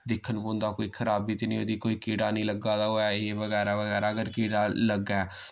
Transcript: दिक्खना पौंदा कोई खराबी ते नि होए दी कोई कीड़ा ते नि लग्गा दा होऐ एह् वगैरा वगैरा अगर कीड़ा लग्गै